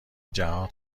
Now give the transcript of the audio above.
جهات